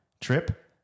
Trip